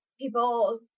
people